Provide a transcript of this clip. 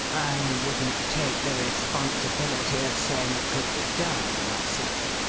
i wouldn't take the responsibility of saying it could be done, myself.